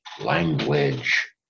language